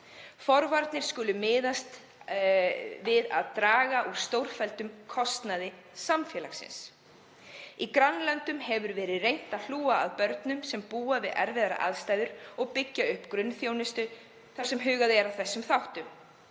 Forvarnir skuli miðast að því að draga úr stórfelldum kostnaði samfélagsins. Í grannlöndum hefur verið reynt að hlúa að börnum sem búa við erfiðar aðstæður og byggja upp grunnþjónustu þar sem hugað er að þessum þáttum.